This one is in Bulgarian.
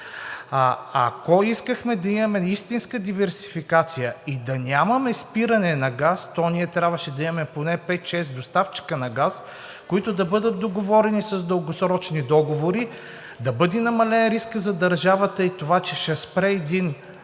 Ако искахме да имаме истинска диверсификация и да нямаме спиране на газ, то ние трябваше да имаме поне пет-шест доставчика на газ, които да бъдат договорени с дългосрочни договори, да бъде намален рискът за държавата и това, че ще спре един